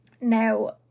Now